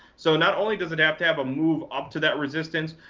so not only does it have to have a move up to that resistance,